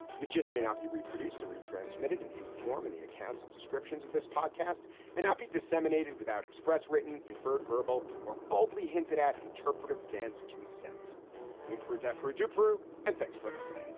the gist may not be reproduced to retransmitted in any form in the accounts and descriptions of this podcast may not be disseminated without express, written, inferred, verbal or boldly hinted at interpretive dance. consent and prudent produce proof. and thanks for listening